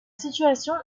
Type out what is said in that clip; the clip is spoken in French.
situation